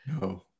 No